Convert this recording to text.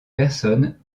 personne